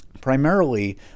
Primarily